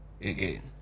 again